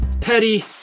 petty